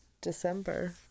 December